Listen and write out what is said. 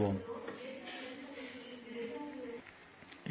எனவே ddt of 3 t sin 2ϕt எனவே இது 2π t